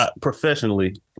professionally